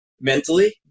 mentally